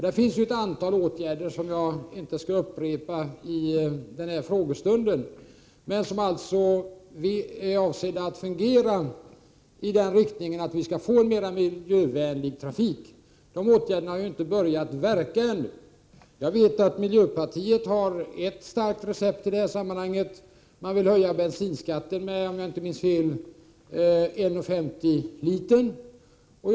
Däri finns ett antal åtgärder, som jag inte skall upprepa vid denna frågestund, som är avsedda att fungera i riktning mot en mer miljövänlig trafik. De åtgärderna har inte börjat verka ännu. Jag vet att miljöpartiet har ett starkt recept i detta sammanhang: man vill höja bensinskatten med, om jag inte minns fel, 1 kr. 50 öre/liter.